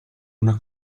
una